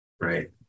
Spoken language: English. right